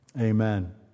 Amen